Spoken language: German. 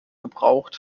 gebraucht